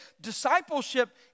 Discipleship